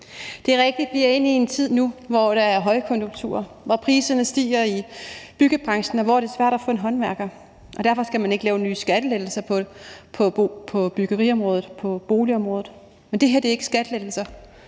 Det er rigtigt, at vi er inde i en tid nu, hvor der er højkonjunktur, hvor priserne stiger i byggebranchen, og hvor det svært at få fat i en håndværker. Derfor skal man ikke lave nye skattelettelser på boligområdet; men det, vi snakker om her, er ikke skattelettelser